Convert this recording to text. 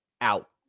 out